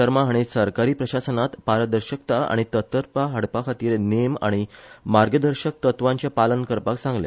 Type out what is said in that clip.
शर्मा हांणी सरकारी प्रशासनात पारदर्शकता आनी तत्परता हाडपाखातीर नेम आनी मार्गदर्शक तत्वांचे पालन करपाक सांगले